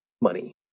money